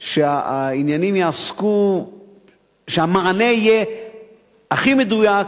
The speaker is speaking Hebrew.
שהמענה יהיה הכי מדויק